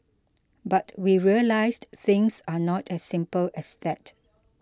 but we realised things are not as simple as that